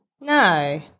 No